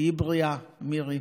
תהיי בריאה, מירי.